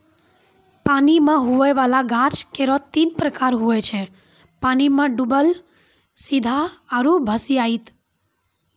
पानी मे हुवै वाला गाछ केरो तीन प्रकार हुवै छै पानी मे डुबल सीधा आरु भसिआइत